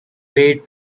wait